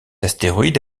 astéroïde